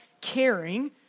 caring